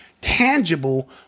tangible